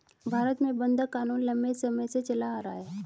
भारत में बंधक क़ानून लम्बे समय से चला आ रहा है